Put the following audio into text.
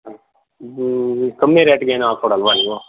ಹಾಂ ಇದು ಕಮ್ಮಿ ರೇಟಿಗೆ ಏನು ಹಾಕ್ಕೊಡಲ್ವ ನೀವು